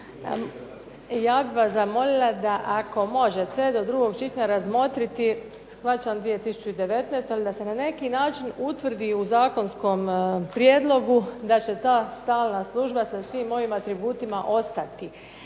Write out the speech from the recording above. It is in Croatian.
Ja bih vas zamolila da ako možete do drugog čitanja razmotriti, shvaćam 2019., ali da se na neki način utvrdi u zakonskom prijedlogu da će ta stalna služba sa svim ovim atributima ostati.